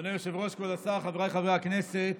אדוני היושב-ראש, כבוד השר, חבריי חברי הכנסת,